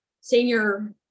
senior